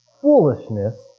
foolishness